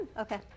okay